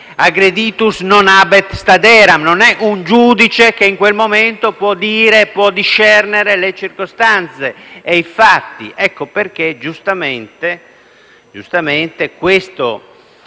non è un giudice che in quel momento può discernere le circostanze e i fatti.